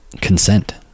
consent